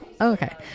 okay